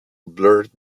blurred